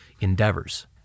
endeavors